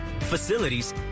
facilities